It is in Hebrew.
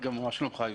חיפה.